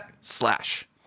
slash